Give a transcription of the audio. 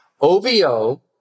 OVO